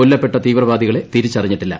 കൊല്ലപ്പെട്ട തീവ്രവാദികളെ തിരിച്ചറിഞ്ഞിട്ടില്ല